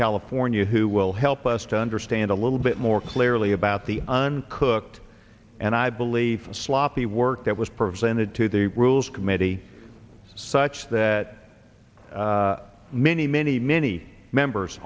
california who will help us to understand a little bit more clearly about the uncooked and i believe sloppy work that was presented to the rules committee such that many many many members